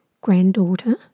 granddaughter